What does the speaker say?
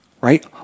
right